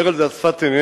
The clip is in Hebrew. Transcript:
אומר על זה ה"שפת אמת",